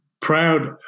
proud